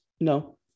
No